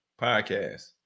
podcast